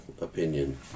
opinion